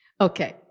Okay